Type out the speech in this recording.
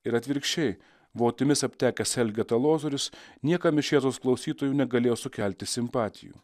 ir atvirkščiai votimis aptekęs elgeta lozorius niekam iš jėzaus klausytojų negalėjo sukelti simpatijų